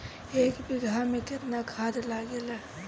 एक बिगहा में केतना खाद लागेला?